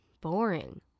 boring